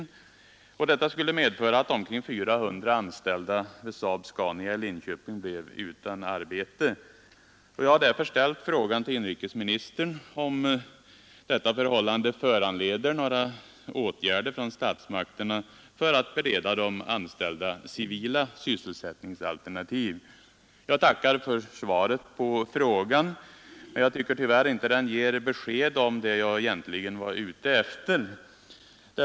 En sådan begränsning skulle medföra att omkring 400 anställda vid SAAB-Scania i Linköping blev utan arbete. Jag har därför ställt frågan till inrikesministern, om detta förhållande föranleder några åtgärder från statsmakterna för att bereda de anställda civila sysselsättningsalternativ. Jag tackar för svaret på frågan, men jag tycker tyvärr inte det ger besked om det som jag egentligen var ute efter.